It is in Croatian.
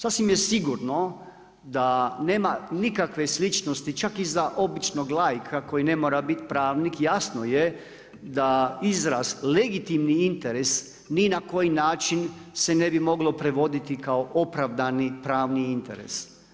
Sasvim je sigurno da nema nikakve sličnosti čak i za običnog laika koji ne mora biti pravnik, jasno je da izraz legitimni interes ni na koji način se ne bi moglo prevoditi kao opravdani pravni interes.